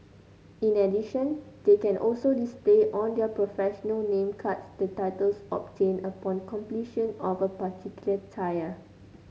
in addition they can also display on their professional name cards the titles obtained upon completion of a particular tier